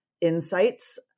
Insights